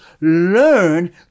learn